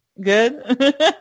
Good